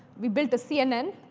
we built the cnn.